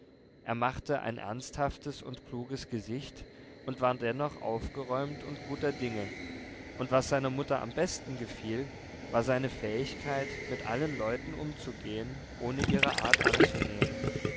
er machte ein ernsthaftes und kluges gesicht und war dennoch aufgeräumt und guter dinge und was seiner mutter am besten gefiel war seine fähigkeit mit allen leuten umzugehen ohne ihre art anzunehmen